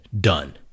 done